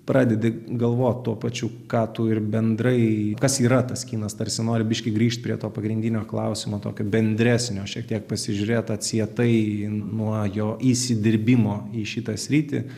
pradedi galvot tuo pačiu ką tu ir bendrai kas yra tas kinas tarsi nori biškį grįžti prie to pagrindinio klausimo tokio bendresnio šiek tiek pasižiūrėt atsietai nuo jo įsidirbimo į šitą sritį